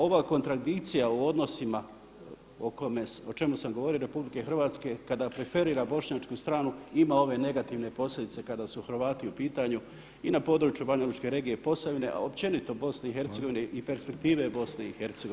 Ova kontradikcija u odnosima o čemu sam govorio RH kada preferira bošnjačku stranu ima ove negativne posljedice kada su Hrvati u pitanju i na području Banjalučke regije i Posavine a općenito BiH i perspektive Bih u budućnosti.